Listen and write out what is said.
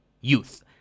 youth